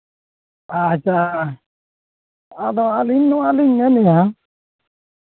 ᱟᱪᱪᱷᱟ ᱟᱫᱚ ᱟᱹᱞᱤᱧ ᱱᱚᱣᱟ ᱞᱤᱧ ᱢᱮᱱᱮᱫᱟ